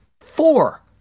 four